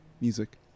Music